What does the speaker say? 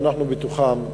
שאנחנו בתוכן,